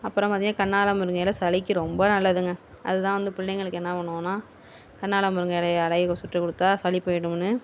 அப்புறம் பார்த்திங்கன்னா கல்யாண முருங்கை இலை சளிக்கு ரொம்ப நல்லதுங்க அதுதான் வந்து பிள்ளைங்களுக்கு என்ன பண்ணுவோன்னால் கல்யாண முருங்கை இலைய சுட்டு கொடுத்தா சளி போயிடும்ன்னு